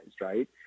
right